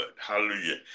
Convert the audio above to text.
Hallelujah